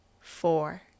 four